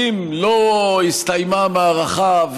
אם עדיין לא הסתיימה המערכה,